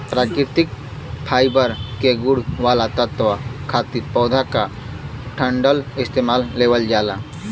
प्राकृतिक फाइबर के गुण वाला तत्व खातिर पौधा क डंठल इस्तेमाल लेवल जाला